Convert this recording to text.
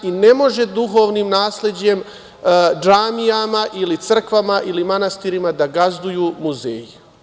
Ne može duhovnim nasleđem, džamijama ili crkvama ili manastirima da gazduju muzeji.